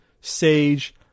sage